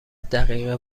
دقیقه